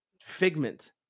figment